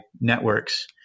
networks